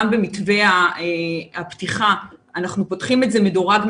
במתווה הפתיחה אנחנו פותחים את זה מדורג,